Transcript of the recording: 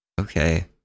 okay